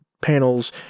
panels